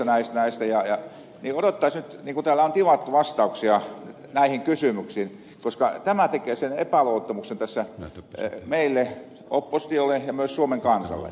odottaisi nyt niin kuin täällä on tivattu vastauksia näihin kysymyksiin koska tämä tekee sen epäluottamuksen tässä meille oppositiolle ja myös suomen kansalle